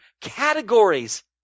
categories